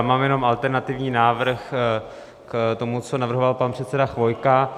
Mám jenom alternativní návrh k tomu, co navrhoval pan předseda Chvojka.